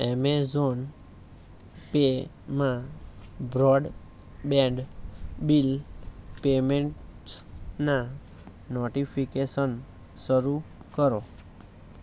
Amazon પેમાં broadband bill પેમેંટસના notification શરૂ કરો